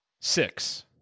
six